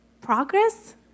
progress